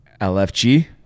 LFG